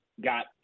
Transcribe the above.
got